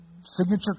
signature